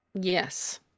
Yes